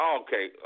okay